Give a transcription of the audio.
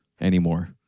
anymore